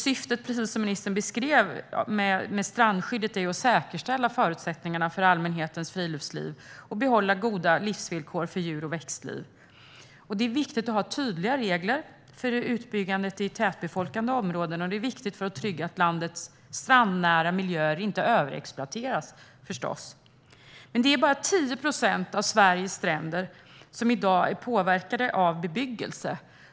Syftet med strandskyddet är, precis som ministern beskrev, att säkerställa förutsättningarna för allmänhetens friluftsliv och behålla goda livsvillkor för djur och växtliv. Det är viktigt att ha tydliga regler för utbyggandet i tätbefolkade områden, och det är förstås viktigt att trygga att landets strandnära miljöer inte överexploateras. Men det är bara 10 procent av Sveriges stränder som i dag är påverkade av bebyggelse.